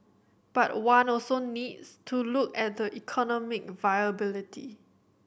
but one also needs to look at the economic viability